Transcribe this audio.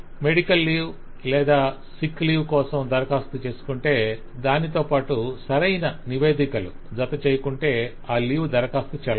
medical leave లేదా sick leave medical leave sick leave కోసం దరఖాస్తు చేసుకుంటే దానితోపాటు సరైన నివేదికలు జత చేయకుంటే ఆ లీవ్ దరఖాస్తు చెల్లదు